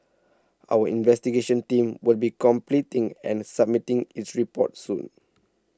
our investigation team will be completing and submitting its report soon